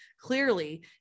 clearly